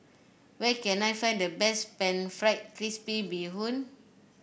where can I find the best pan fried crispy Bee Hoon